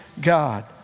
God